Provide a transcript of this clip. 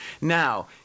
Now